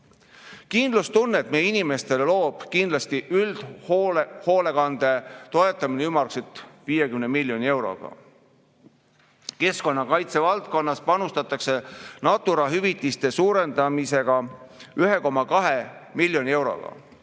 Kindlustunnet meie inimestele loob kindlasti üldhoolekande toetamine ümmarguselt 50 miljoni euroga. Keskkonnakaitse valdkonnas panustatakse Natura hüvitiste suurendamisele 1,2 miljoni euroga.